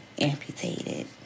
amputated